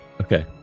Okay